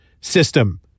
system